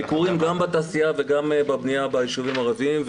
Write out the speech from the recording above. -- אנחנו עושים ביקורים גם בתעשייה וגם בבנייה בישובים הערביים.